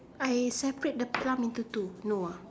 I separate the plum into two no ah